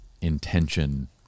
intention